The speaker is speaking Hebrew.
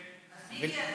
מיקי.